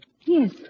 Yes